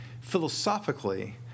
philosophically